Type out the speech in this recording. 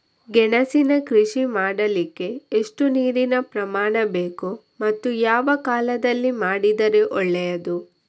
ಗೆಣಸಿನ ಕೃಷಿ ಮಾಡಲಿಕ್ಕೆ ಎಷ್ಟು ನೀರಿನ ಪ್ರಮಾಣ ಬೇಕು ಮತ್ತು ಯಾವ ಕಾಲದಲ್ಲಿ ಮಾಡಿದರೆ ಒಳ್ಳೆಯದು?